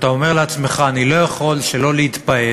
ואתה אומר לעצמך: אני לא יכול שלא להתפעל